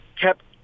kept